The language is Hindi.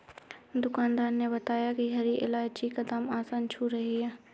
दुकानदार ने बताया कि हरी इलायची की दाम आसमान छू रही है